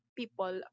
people